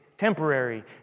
temporary